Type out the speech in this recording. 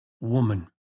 woman